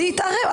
להתערב.